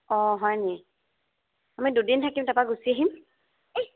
অঁ হয়নি আমি দুদিন থাকিম তাৰপৰা গুচি আহিম